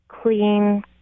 clean